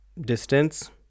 distance